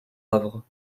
avre